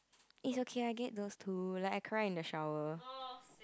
it's okay I get those too like I cry in the shower